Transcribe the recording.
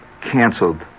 canceled